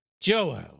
Joel